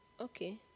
okay